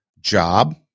Job